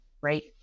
right